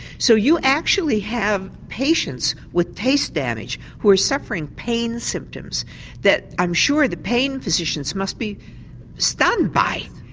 so you actually have patients with taste damage who are suffering pain symptoms that i'm sure the pain physicians must be stunned by,